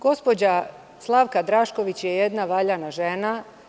Gospođa Slavka Drašković je jedna valjana žena.